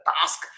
task